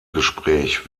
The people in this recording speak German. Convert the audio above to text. gespräch